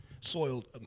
soiled